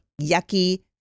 yucky